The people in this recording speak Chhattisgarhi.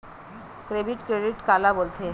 डेबिट क्रेडिट काला बोल थे?